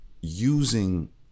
using